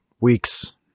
weeks